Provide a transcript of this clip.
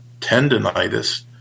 tendonitis